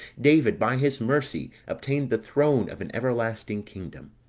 david, by his mercy, obtained the throne of an everlasting kingdom.